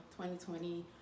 2020